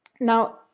now